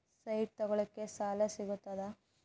Site ತಗೋಳಿಕ್ಕೆ ಸಾಲಾ ಸಿಗ್ತದಾ?